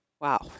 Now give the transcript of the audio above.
Wow